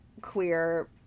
queer